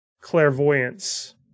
clairvoyance